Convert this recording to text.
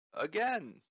Again